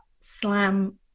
slam